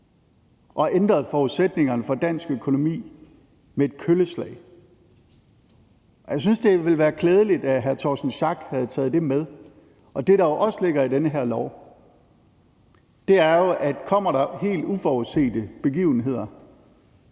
og ændrede forudsætningerne for dansk økonomi med et kølleslag. Og jeg synes, det ville være klædeligt, at hr. Torsten Schack Pedersen havde taget det med. Og det, der jo også ligger i den her lov, er, at kommer der helt uforudsete begivenheder,